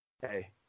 hey